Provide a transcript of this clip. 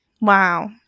Wow